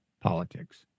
politics